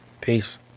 Peace